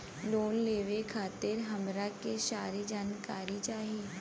Loan लेवे खातीर हमरा के सारी जानकारी चाही?